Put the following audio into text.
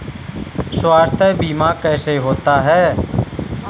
स्वास्थ्य बीमा कैसे होता है?